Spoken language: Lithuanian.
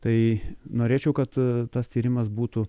tai norėčiau kad tas tyrimas būtų